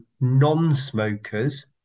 non-smokers